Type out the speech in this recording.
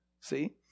See